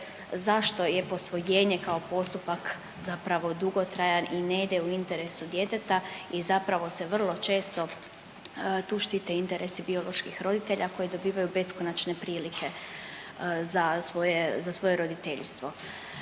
zašto je posvojenje kao postupak zapravo dugotrajan i ne ide u interesu djeteta i zapravo se vrlo često tu štite interesi bioloških roditelja koji dobivaju beskonačne prilike za svoje, za svoje roditeljstvo.